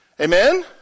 Amen